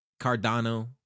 Cardano